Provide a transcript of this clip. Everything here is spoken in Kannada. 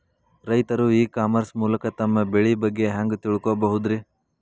ರೈತರು ಇ ಕಾಮರ್ಸ್ ಮೂಲಕ ತಮ್ಮ ಬೆಳಿ ಬಗ್ಗೆ ಹ್ಯಾಂಗ ತಿಳ್ಕೊಬಹುದ್ರೇ?